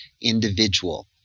individual